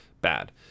bad